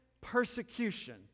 persecution